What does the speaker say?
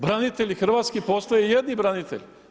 Branitelji hrvatski postoje jedni branitelji.